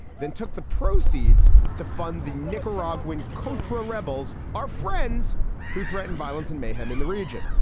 then took the proceeds to fund the nicaraguan contras rebels, our friends who threaten violence and mayhem in the region.